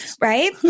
right